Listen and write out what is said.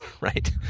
right